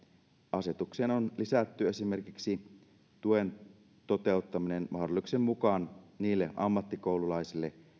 asetukseen on lisätty esimerkiksi tuen toteuttaminen mahdollisuuksien mukaan niille ammattikoululaisille